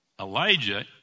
Elijah